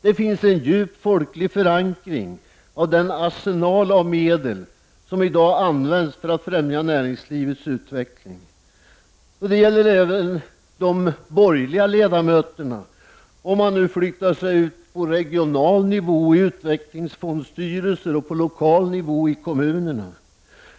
Det finns en djup folklig förankring av den arsenal av medel som i dag används för att främja näringslivets utveckling. Detta gäller även de borgerliga ledamöterna, på regional nivå i utvecklingsfondsstyrelser och på lokal nivå i kommunerna.